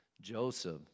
Joseph